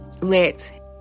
let